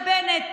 בנט,